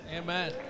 Amen